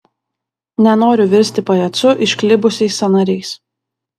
nenoriu virsti pajacu išklibusiais sąnariais